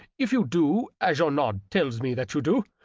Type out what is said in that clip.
if you do, as your nod tells me that you do,